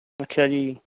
ਅੱਛਾ ਜੀ